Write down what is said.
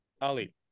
Ali